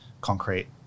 concrete